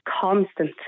constant